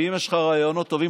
ואם יש לך רעיונות טובים,